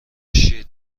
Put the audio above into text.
شیر